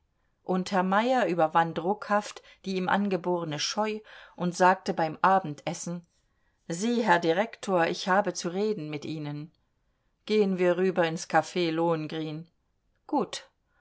und herr meyer überwand ruckhaft die ihm angeborene scheu und sagte beim abendessen sie herr direktor ich habe zu reden mit ihnen gehen wir rüber ins caf lohengrin gut